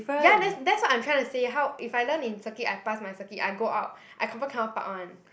ya that's that's I'm trying to say how if I learn in circuit I pass my circuit I go out I confirm cannot park [one]